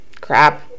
crap